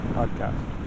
podcast